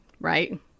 right